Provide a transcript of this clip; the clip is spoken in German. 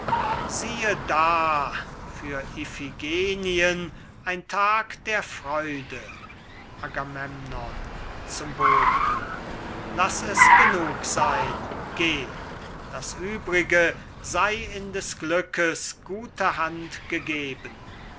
siehe da für iphigenien ein tag der freude agamemnon zum boten laß es genug sein geh das uebrige sei in des glückes gute hand gegeben